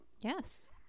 Yes